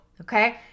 okay